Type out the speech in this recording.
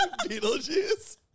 Beetlejuice